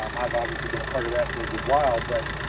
um i've obviously been a part of that for a good while, but,